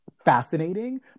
fascinating